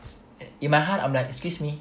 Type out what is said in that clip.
it's in my heart I'm like excuse me